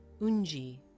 Unji